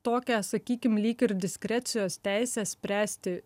tokią sakykim lyg ir diskrecijos teisę spręsti